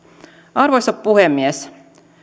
arvoisa puhemies